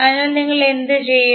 അതിനാൽ നിങ്ങൾ എന്തു ചെയ്യും